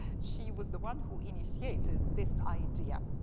she was the one who initiated this idea